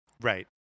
Right